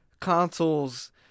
consoles